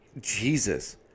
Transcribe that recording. Jesus